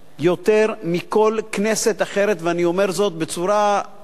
יותר מכל כנסת אחרת, ואני אומר זאת בצורה מוחלטת,